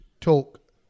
talk